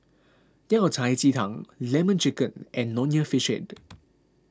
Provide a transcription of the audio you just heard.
Yao Cai Ji Tang Lemon Chicken and Nonya Fish Head